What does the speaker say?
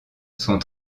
son